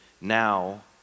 Now